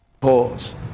pause